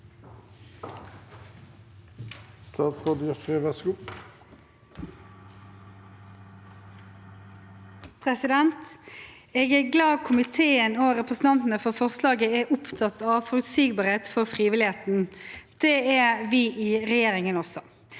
Jeg er glad for at komiteen og representantene bak forslaget er opptatt av forutsigbarhet for frivilligheten. Det er også vi i regjeringen.